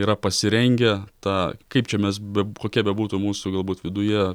yra pasirengę tą kaip čia mes be kokia bebūtų mūsų galbūt viduje